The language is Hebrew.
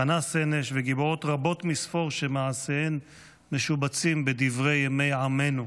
חנה סנש וגיבורות רבות מספור שמעשיהן משובצים בדברי ימי עמנו.